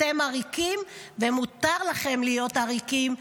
אתם עריקים, ומותר לכם להיות עריקים.